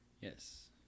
Yes